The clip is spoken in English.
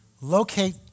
Locate